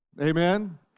Amen